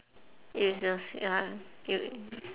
illness ya ill~